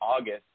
August